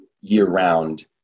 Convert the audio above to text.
year-round